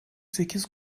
sekiz